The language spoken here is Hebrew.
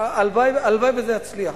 הלוואי שזה יצליח,